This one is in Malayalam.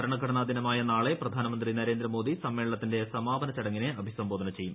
ഭരണഘടനാ ദിനമായ നാളെ പ്രധാനമന്ത്രി നരേന്ദ്രമോദി സമ്മേളനത്തിന്റെ സമാപന ചടങ്ങിനെ അഭിസംബോധന ചെയ്യും